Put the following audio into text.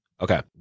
Okay